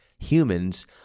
Humans